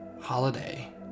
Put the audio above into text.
Holiday